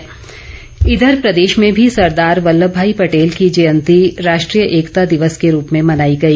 मुख्यमंत्री इधर प्रदेश में भी सरदार वल्लभ भाई पटेल की जयंती राष्ट्रीय एकता दिवस के रूप में मनाई गई